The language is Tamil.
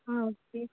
ஆ ஓகே